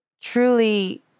Truly